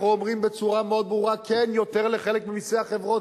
אנחנו אומרים בצורה מאוד ברורה: כן ליותר בחלק ממסי החברות,